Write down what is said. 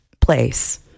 place